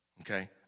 okay